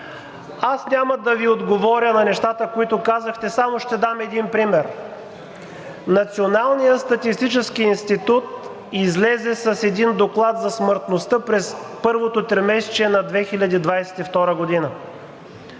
аз няма да Ви отговоря на нещата, които казахте, само ще дам един пример. Националният статистически институт излезе с един доклад за смъртността през първото тримесечие на 2022 г.